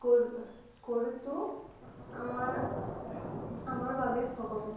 গৰু গৰুটো আমাৰ আমাৰ বাবে ভগ